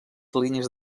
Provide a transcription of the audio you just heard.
línies